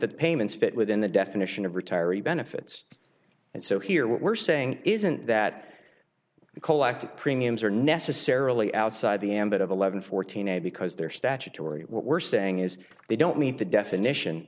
that payments fit within the definition of retiree benefits and so here what we're saying isn't that the collective premiums are necessarily outside the ambit of eleven fourteen a because they're statutory what we're saying is they don't meet the definition